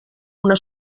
una